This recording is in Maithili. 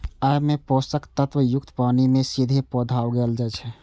अय मे पोषक तत्व युक्त पानि मे सीधे पौधा उगाएल जाइ छै